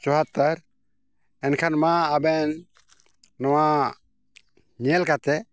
ᱩᱣᱟᱛᱛᱳᱨ ᱮᱱᱠᱷᱟᱱᱼᱢᱟ ᱟᱵᱮᱱ ᱱᱚᱣᱟ ᱧᱮᱞ ᱠᱟᱛᱮ